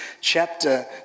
chapter